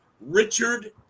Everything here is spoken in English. Richard